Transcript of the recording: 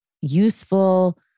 useful